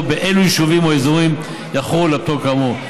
באילו יישובים או אזורים יחול הפטור כאמור.